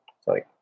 Sorry